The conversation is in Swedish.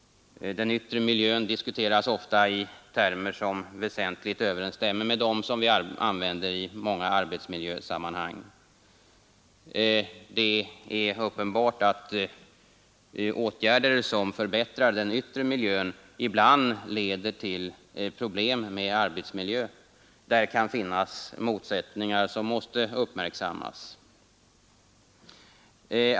Den yttre miljön diskuteras ofta i termer som i det väsentliga överensstämmer med dem som vi använder i många arbetsmiljösammanhang. Det är uppenbart att åtgärder som förbättrar den yttre miljön ibland leder till problem med arbetsmiljön. Där kan det finnas motsättningar som måste uppmärksammas.